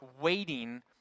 waiting